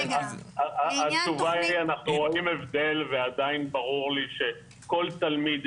אנחנו רואים הבדל ועדיין ברור ליש כל תלמיד,